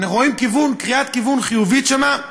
אנחנו רואים קריאת כיוון חיובית שם,